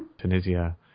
Tunisia